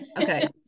okay